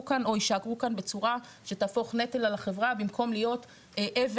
כאן או יישארו כאן בצורה שתהפוך נטל על החברה במקום להיות אבן